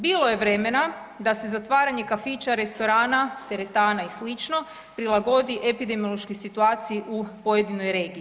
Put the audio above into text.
Bilo je vremena da se zatvaranje kafića, restorana, teretana i sl. prilagodi epidemiološkoj situaciji u pojedinoj regiji.